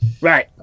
Right